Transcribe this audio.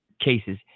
cases